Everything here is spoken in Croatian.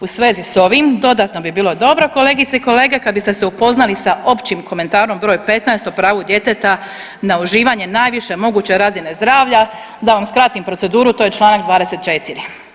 U svezi s ovim, dodatno bi bilo dobro, kolegice i kolege, kad biste se upoznali sa općim komentarom br. 15 o pravu djeteta na uživanje najviše moguće razine zdravlja, da vam skratim proceduru, to je čl. 24.